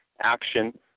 action